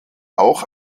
auch